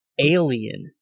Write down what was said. alien